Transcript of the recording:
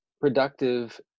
productive